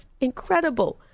incredible